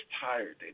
tired